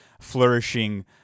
flourishing